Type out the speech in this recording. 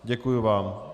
Děkuji vám.